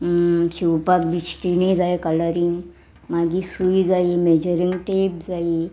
शिवपाक बिश्टीनी जाय कलरींग मागीर सुय जायी मेजरींग टेप जायी